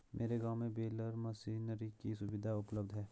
मेरे गांव में बेलर मशीनरी की सुविधा उपलब्ध है